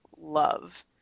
love